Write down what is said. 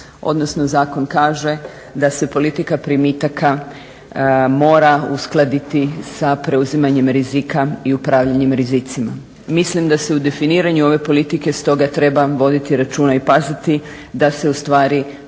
odnosno zakon kaže da se politika primitaka mora uskladiti sa preuzimanjem rizika i upravljanjem rizicima. Mislim da se u definiranju ove politike stoga treba voditi računa i paziti da se ustvari dodatni